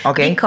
Okay